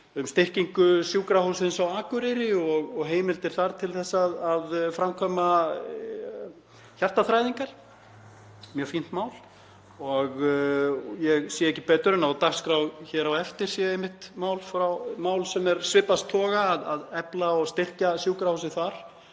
um styrkingu Sjúkrahússins á Akureyri og heimildir þar til að framkvæma hjartaþræðingar, mjög fínt mál. Ég sé ekki betur en að á dagskrá hér á eftir sé einmitt mál sem er af svipuðum toga, að efla og styrkja sjúkrahúsið þar.